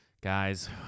guys